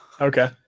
Okay